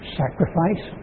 sacrifice